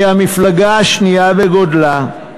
היא המפלגה השנייה בגודלה.